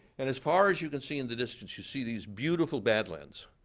and as far as you can see in the distance you see these beautiful badlands.